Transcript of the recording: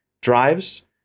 drives